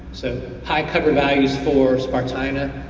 so high cover values for spartina